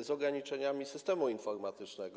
z ograniczeniami systemu informatycznego.